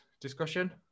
discussion